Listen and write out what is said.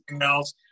else